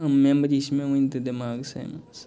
یِم میمری چھِ مےٚ وُنہِ تہِ دٮ۪ماغسٕے منٛز